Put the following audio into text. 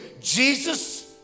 Jesus